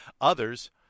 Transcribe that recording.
others